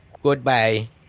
Goodbye